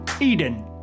Eden